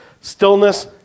stillness